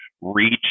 reach